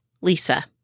Lisa